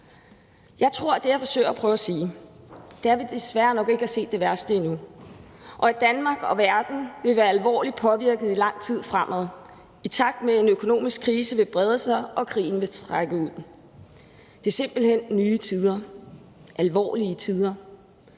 Jeg tror, at det, jeg forsøger at sige, er, at vi desværre nok ikke har set det værste endnu, og at Danmark og verden vil være alvorligt påvirket i lang tid fremover, i takt med at en økonomisk krise vil brede sig og krigen trække ud. Det er simpelt hen nye tider, alvorlige tider.